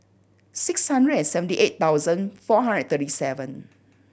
six hundred and seventy eight thousand four hundred thirty seven